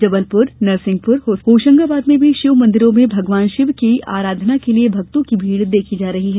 जबलपुर नरसिंहपुर और होशंगाबाद में भी शिव मंदिरों में भगवान शिव की आराधना के लिये भक्तों की भीड़ देखी जा रही है